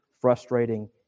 frustrating